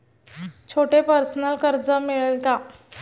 छोटे पर्सनल कर्ज मिळेल का?